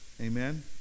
Amen